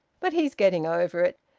but he's getting over it.